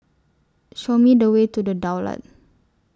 Show Me The Way to The Daulat